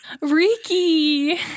Ricky